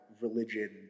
religion